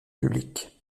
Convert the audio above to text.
public